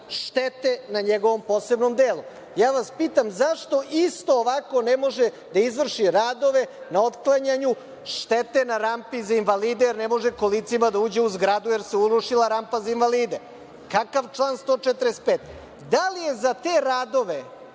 štete na njegovom posebnom delu. Pitam vas, zašto isto ovako ne može da izvrši radove na otklanjanju štete na rampi za invalide jer ne može kolicima da uđe u zgradu, jer se urušila rampa za invalide? Kakav član 145? Da li je za te radove